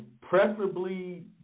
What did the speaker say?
preferably